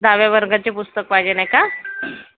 दहाव्या वर्गाचे पुस्तक पाहिजेन आहे का